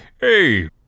Hey